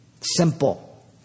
Simple